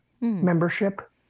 membership